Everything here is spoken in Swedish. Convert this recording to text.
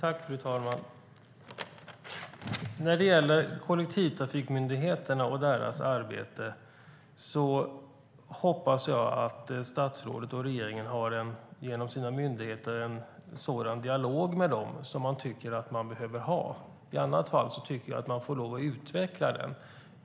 Fru talman! När det gäller kollektivtrafikmyndigheterna och deras arbete hoppas jag att statsrådet och regeringen har en sådan dialog med sina myndigheter som man tycker att man behöver ha. Jag tycker i alla fall att man får lov att utveckla den.